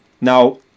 Now